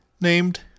named